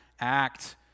act